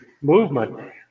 movement